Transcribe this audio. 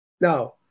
Now